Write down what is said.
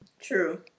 true